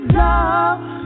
love